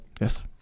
Yes